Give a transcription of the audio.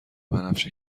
بنفش